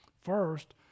First